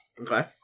Okay